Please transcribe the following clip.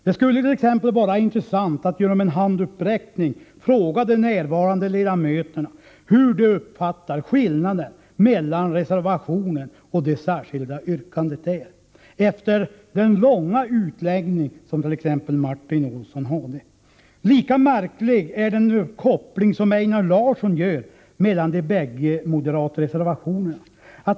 Det skulle vara intressant att be de närvarande ledamöterna genom handuppräckning svara på frågan om de ser någon skillnad mellan reservationen och det särskilda yrkandet, trots den långa utläggning som t.ex. Martin Olsson gjorde. Lika märklig är den koppling som Einar Larsson gör mellan de båda moderata reservationerna.